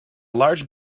large